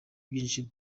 byinshi